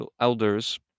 elders